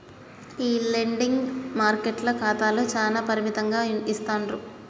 ఈ లెండింగ్ మార్కెట్ల ఖాతాలు చానా పరిమితంగా ఇస్తాండ్రు